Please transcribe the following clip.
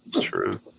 True